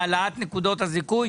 העלאת נקודות הזיכוי,